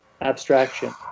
abstraction